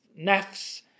nafs